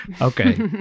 Okay